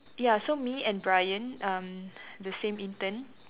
ya so me and Bryan um the same intern